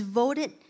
voted